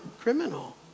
criminal